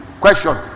question